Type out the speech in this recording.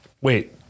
wait